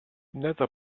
nether